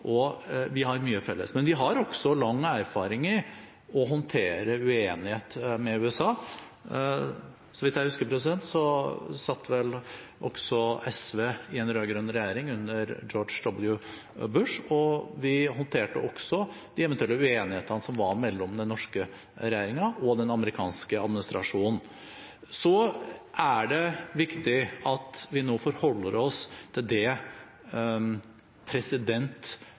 og vi har mye til felles. Men vi har også lang erfaring med å håndtere uenighet med USA. Så vidt jeg husker, satt vel også SV i en rød-grønn regjering under George W. Bushs presidentperiode, og de håndterte også de eventuelle uenighetene som var mellom den norske regjeringen og den amerikanske administrasjonen. Det er viktig at vi nå forholder oss til det president